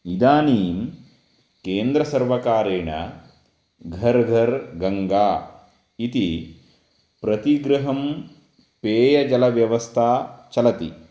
इदानीं केन्द्रसर्वकारेण घर् घर् गङ्गा इति प्रतिगृहं पेयजलव्यवस्था चलति